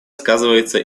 сказывается